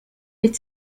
with